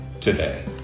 today